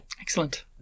excellent